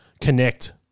connect